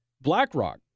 BlackRock